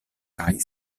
kaj